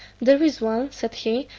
there is one, said he,